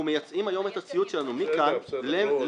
אנחנו מייצרים היום את הציוד שלנו מכאן לאירופה.